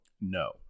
no